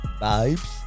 Vibes